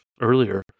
earlier